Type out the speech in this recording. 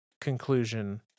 conclusion